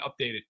updated